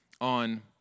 on